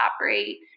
operate